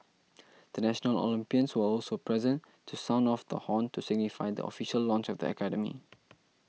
the national Olympians were also present to sound off the horn to signify the official launch of the academy